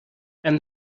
and